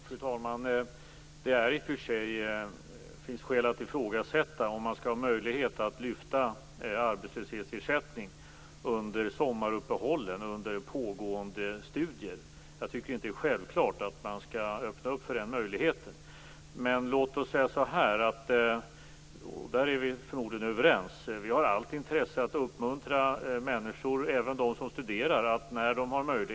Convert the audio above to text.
Fru talman! Det finns i och för sig skäl att ifrågasätta om man under pågående studier skall ha möjlighet att lyfta arbetslöshetsersättning under sommaruppehållen. Jag tycker inte att det är självklart att man skall öppna för den möjligheten. Låt oss säga så här, och där är vi förmodligen överens, att vi har allt intresse av att uppmuntra människor att arbeta eller att få någon typ av åtgärd.